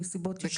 מסיבות אישיות.